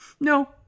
No